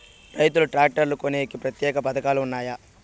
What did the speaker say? రైతులు ట్రాక్టర్లు కొనేకి ప్రత్యేక పథకాలు ఉన్నాయా?